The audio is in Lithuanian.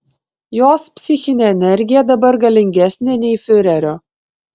jos psichinė energija dabar galingesnė nei fiurerio